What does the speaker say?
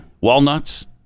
Walnuts